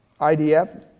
IDF